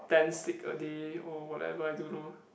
ten stick a day or whatever I don't know